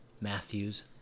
Matthews